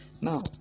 Now